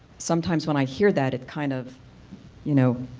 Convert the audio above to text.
sometimes when i hear that it kind of you know,